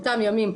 באותם ימים,